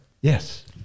Yes